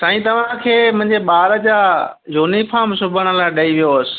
साईं तव्हां खे मुंहिंजे ॿार जा यूनिफ़ार्म सिबण लाइ ॾई वियो हुउसि